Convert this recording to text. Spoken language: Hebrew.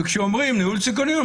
וכשאומרים "ניהול סיכונים",